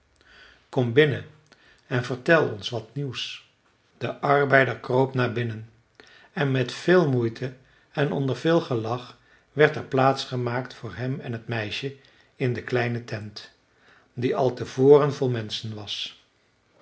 kom binnen en vertel ons wat nieuws de arbeider kroop naar binnen en met veel moeite en onder veel gelach werd er plaats gemaakt voor hem en het meisje in de kleine tent die al te voren vol menschen was